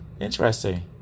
Interesting